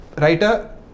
writer